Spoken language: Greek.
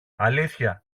αλήθεια